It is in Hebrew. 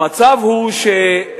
המצב הוא שההוצאות